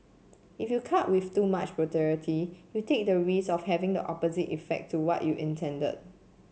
if you cut with too much brutality you take the risk of having the opposite effect to what you intended